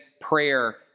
prayer